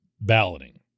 balloting